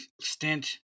stint